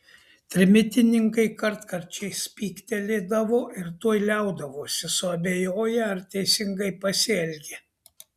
trimitininkai kartkarčiais spygtelėdavo ir tuoj liaudavosi suabejoję ar teisingai pasielgė